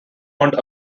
earned